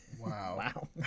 Wow